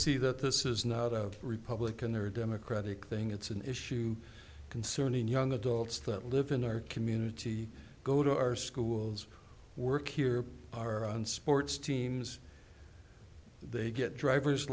see that this is not a republican or democratic thing it's an issue concerning young adults that live in our community go to our schools work here are on sports teams they get driver's